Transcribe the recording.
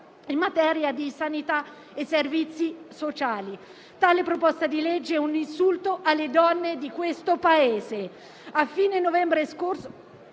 in materia di sanità e servizi sociali. Tale proposta di legge è un insulto alle donne di questo Paese. Si parla